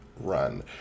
run